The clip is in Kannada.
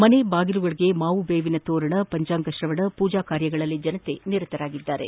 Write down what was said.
ಮನೆ ಬಾಗಿಲುಗಳಿಗೆ ಮಾವು ದೇವಿನ ತೋರಣ ಪಂಚಾಂಗ ಶ್ರವಣ ಪೂಜಾ ಕಾರ್ಯಗಳಲ್ಲಿ ಜನರು ನಿರತರಾಗಿದ್ದಾರೆ